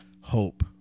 hope